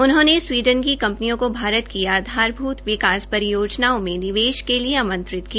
उन्होंने स्वीडन की कंपनियों को भारत की आधार भूत विकास परियोजनाओं में निवेश के लिए आंमत्रित किया